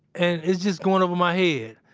and it's just going over my head.